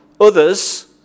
Others